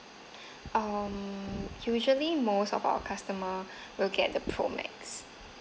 um usually most of our customer will get the pro max